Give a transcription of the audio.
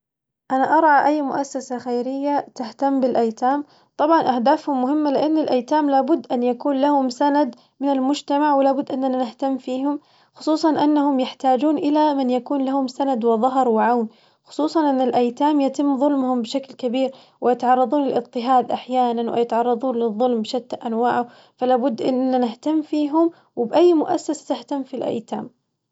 أنا أرى أي مؤسسة خيرية تهتم بالأيتام طبعاً أهدافهم مهمة لأن الأيتام لابد أن يكون لهم سند من المجتمع، ولابد إننا نهتم فيهم خصوصاً أنهم يحتاجون إلى من يكون لهم سند وظهر وعون، خصوصاً إن الأيتام يتم ظلمهم بشكل كبير ويتعرظون للاضطهاد أحياناً ويتعرظون للظلم بشتى أنواعه، فلابد إنا نهتم فيهم وبأي مؤسسة تهتم في الأيتام.